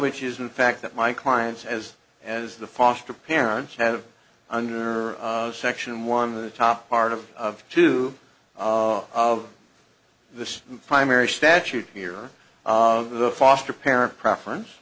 which is in fact that my clients as as the foster parents have under section one the top part of of two of the primary statute here of the foster parent preference